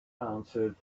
answered